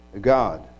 God